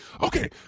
Okay